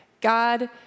God